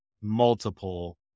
multiple